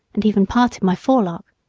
and even parted my forelock.